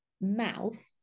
mouth